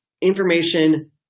information